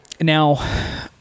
Now